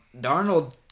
Darnold